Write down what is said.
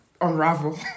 Unravel